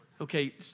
Okay